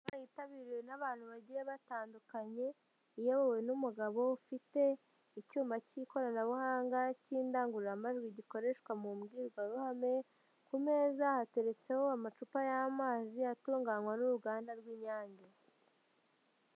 Inama yitabiriwe n'abantu bagiye batandukanye, iyobowe n'umugabo ufite icyuma cy'ikoranabuhanga cy'indangururamajwi gikoreshwa mu mbwirwaruhame, ku meza hatereretseho amacupa y'amazi atunganywa n'uruganda rw'Inyange.